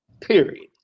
period